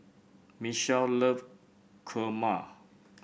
Mitchell love kurma